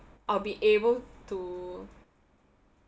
I'll be able to